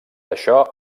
això